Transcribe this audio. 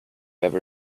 have